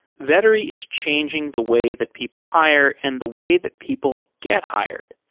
vettery is changing the way that people hire and the way that people get hired.